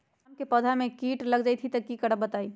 आम क पौधा म कीट लग जई त की करब बताई?